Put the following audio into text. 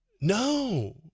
No